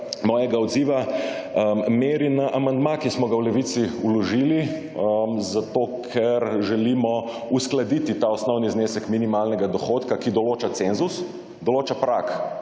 mojega odziva meri na amandma, ki smo ga v Levici vložili, zato ker želimo uskladiti ta osnovni znesek minimalnega dohodka, ki določa cenzus, določa prag,